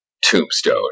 Tombstone